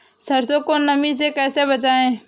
सरसो को नमी से कैसे बचाएं?